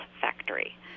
factory